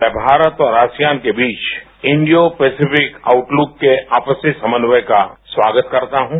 मैं भारत और आसियान के बीच इंडियो पैसिफिक आउटलूक के आपसी समन्वय का स्वागत करता हं